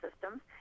systems